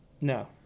No